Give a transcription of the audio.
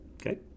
okay